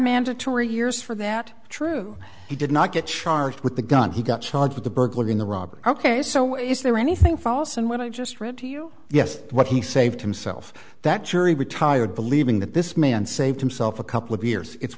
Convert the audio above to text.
mandatory years for that true he did not get charged with the gun he got charged with a burglary in the robbery ok so is there anything false and what i just read to you yes what he saved himself that jury retired believing that this man saved himself a couple of years it's